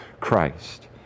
Christ